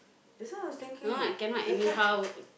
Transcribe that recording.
that's why I was thinking that time